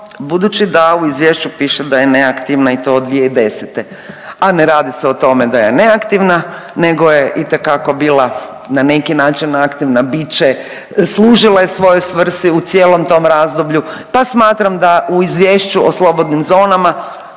Budući u izvješću piše da je neaktivna i to od 2010. a ne radi se o tome da je neaktivna, nego je itekako bila na neki način aktivna, bit će, služila je svojoj svrsi u cijelom tom razdoblju, pa smatram da u izvješću o slobodnim zonama